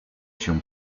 się